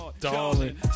Darling